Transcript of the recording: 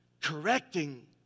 correcting